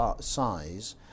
size